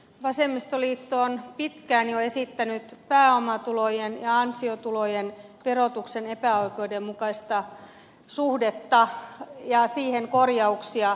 vasemmistoliitto on pitkään jo esittänyt korjauksia pääomatulojen ja ansiotulojen verotuksen epäoikeudenmukaiseen suhteeseen